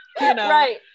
Right